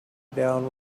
down